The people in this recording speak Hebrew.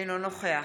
אינו נוכח